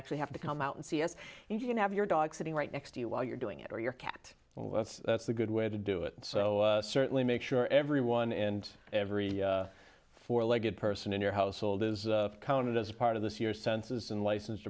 actually have to come out and see us and you can have your dog sitting right next to you while you're doing it or your cat well that's a good way to do it so certainly make sure everyone and every four legged person in your household is counted as part of this year's census and licensed